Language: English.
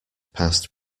passed